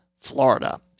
Florida